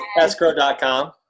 escrow.com